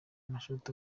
amashoti